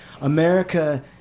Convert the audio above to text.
America